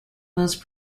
most